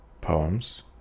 poems